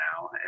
now